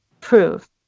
prove